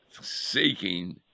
seeking